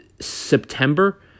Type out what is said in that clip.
September